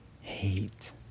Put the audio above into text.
hate